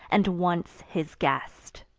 and once his guest.